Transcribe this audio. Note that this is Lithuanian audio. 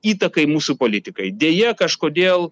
įtakai mūsų politikai deja kažkodėl